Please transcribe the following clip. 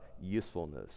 usefulness